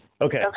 Okay